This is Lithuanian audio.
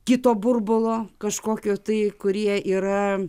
kito burbulo kažkokio tai kurie yra